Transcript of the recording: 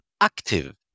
active